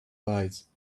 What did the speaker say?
wise